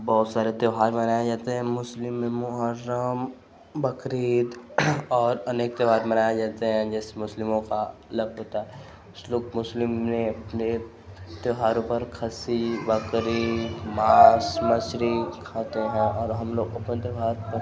बहुत सारे त्योहार मनाए जाते हैं मुस्लिम में मोहर्रम बकरीद और अनेक त्योहार मनाए जाते हैं जैसे मुस्लिमों का अलग होता है कुछ लोग मुस्लिम में अपने त्योहारों पर खस्सी बकरी माँस मछली खाते हैं और हमलोगों अपन त्योहार पर